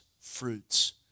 fruits